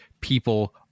people